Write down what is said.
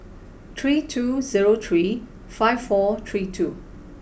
three two zero three five four three two